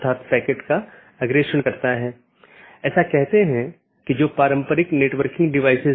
एक stub AS केवल स्थानीय ट्रैफ़िक ले जा सकता है क्योंकि यह AS के लिए एक कनेक्शन है लेकिन उस पार कोई अन्य AS नहीं है